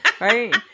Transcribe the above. Right